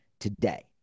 today